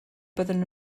byddwn